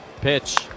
Pitch